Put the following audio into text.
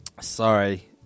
Sorry